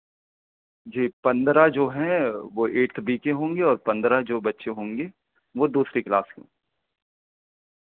جی پندرہ جو ہیں وہ ایٹھ بی کے ہوں گے اور پندرہ جو بچے ہوں گے وہ دوسری کلاس کے ہوں